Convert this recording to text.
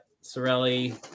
Sorelli